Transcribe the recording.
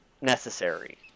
necessary